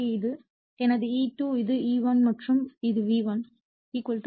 எனவே இது எனது E2 இது E1 மற்றும் இது V1 E1